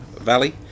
valley